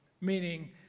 meaning